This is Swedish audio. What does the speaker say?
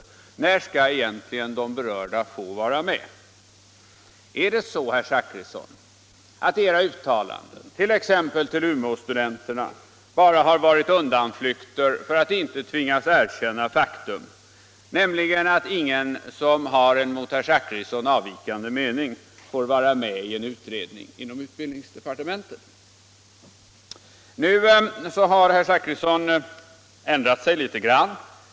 När skall egentligen de berörda få vara med? Är det så, herr Zachrisson, att era uttalanden t.ex. till Umeåstudenterna bara har varit undanflykter för att inte tvingas erkänna faktum, nämligen att ingen som har en mot herr Zachrisson avvikande mening får vara med i en utredning inom utbildningsdepartementet? Nu har herr Zachrisson ändrat sig litet grand.